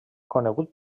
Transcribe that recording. conegut